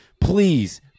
please